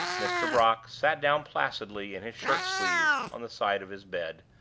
mr. brock sat down placidly in his shirt sleeves on the side of his bed,